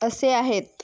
असे आहेत